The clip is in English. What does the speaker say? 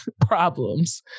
problems